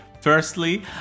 Firstly